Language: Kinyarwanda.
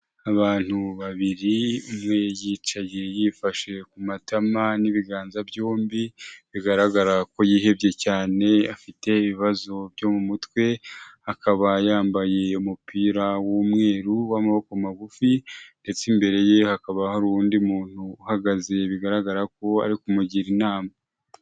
Abantu babiri, umwe yicaye yifashe ku matama n'ibiganza byombi, bigaragara ko yihebye cyane afite ibibazo byo mu mutwe, akaba yambaye umupira w'umweru w'amaboko magufi, ndetse imbere ye hakaba hari undi muntu uhagaze, bigaragara ko ari kumugira inama.